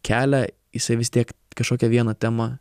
kelią jisai vis tiek kažkokią vieną temą